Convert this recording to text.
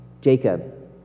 Jacob